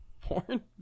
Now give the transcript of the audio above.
porn